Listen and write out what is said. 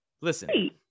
Listen